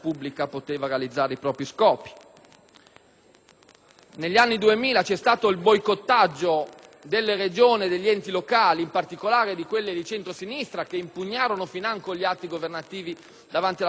Negli anni 2000 vi è stato il boicottaggio delle Regioni e degli Enti locali, in particolare di quelle di centrosinistra, che impugnarono financo gli atti governativi davanti alla Corte costituzionale sul primo grande piano di dismissioni